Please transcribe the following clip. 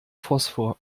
phosphor